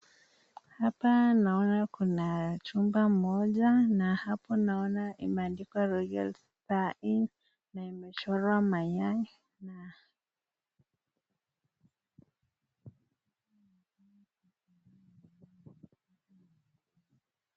Hapa naona kuna chumba moja na hapo naona imeandikwa royal circle na hapo imechorwa mayai na....